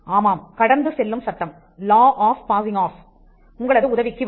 ஆமாம் கடந்துசெல்லும் சட்டம் உங்களது உதவிக்கு வரும்